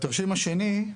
בתרשים השני,